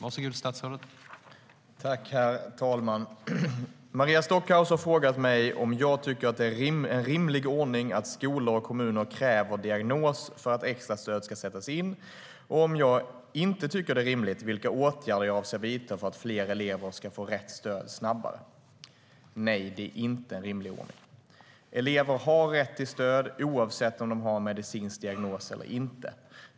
Herr talman! Maria Stockhaus har frågat mig om jag tycker att det är en rimlig ordning att skolor och kommuner kräver diagnos för att extra stöd ska sättas in och, om jag inte tycker att det är rimligt, vilka åtgärder jag avser att vidta för att fler elever ska få rätt stöd snabbare. Nej, det är inte en rimlig ordning. Elever har rätt till stöd, oavsett om de har en medicinsk diagnos eller inte.